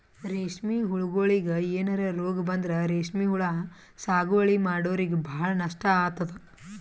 ರೇಶ್ಮಿ ಹುಳಗೋಳಿಗ್ ಏನರೆ ರೋಗ್ ಬಂದ್ರ ರೇಶ್ಮಿ ಹುಳ ಸಾಗುವಳಿ ಮಾಡೋರಿಗ ಭಾಳ್ ನಷ್ಟ್ ಆತದ್